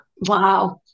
Wow